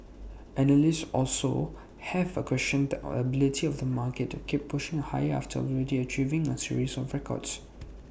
analysts also have A questioned the ability of the market to keep pushing higher after already achieving A series of records